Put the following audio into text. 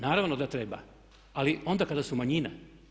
Naravno da treba, ali onda kada su manjina.